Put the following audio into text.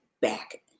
back